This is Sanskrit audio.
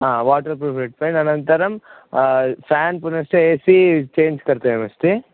आ वाटर् प्रूफ रेड् पैण्ट् अनन्तरं फ़ान् पुनश्च ए सी चेञ्ज् कर्तव्यमस्ति